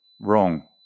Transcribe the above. wrong